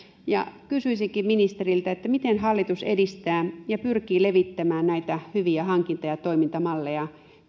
kysyisinkin ministeriltä miten hallitus edistää ja pyrkii levittämään näitä hyviä hankinta ja toimintamalleja